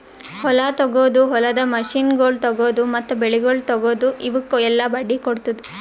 ಹೊಲ ತೊಗೊದು, ಹೊಲದ ಮಷೀನಗೊಳ್ ತೊಗೊದು, ಮತ್ತ ಬೆಳಿಗೊಳ್ ತೊಗೊದು, ಇವುಕ್ ಎಲ್ಲಾ ಬಡ್ಡಿ ಕೊಡ್ತುದ್